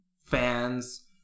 fans